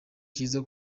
cyiza